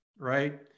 right